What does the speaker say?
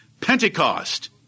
Pentecost